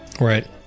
Right